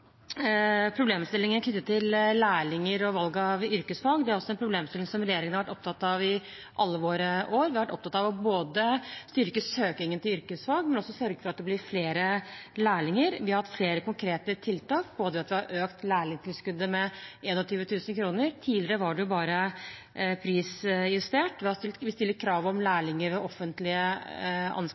problemstillingen knyttet til lærlinger og valg av yrkesfag. Det er også en problemstilling som vi i regjeringen har vært opptatt av alle våre år. Vi har vært opptatt av å styrke søkingen til yrkesfag, og også sørge for at det blir flere lærlinger. Vi har hatt flere konkrete tiltak, både ved at vi har økt lærlingtilskuddet med 21 000 kr – tidligere var det bare prisjustert – og ved at vi stiller krav om lærlinger ved offentlige